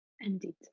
Indeed